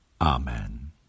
Amen